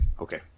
Okay